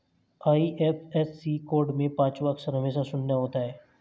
IFSC code में पांचवा अक्षर हमेशा शून्य होता है